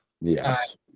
Yes